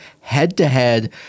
head-to-head